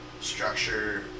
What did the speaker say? structure